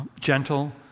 gentle